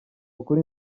ukuri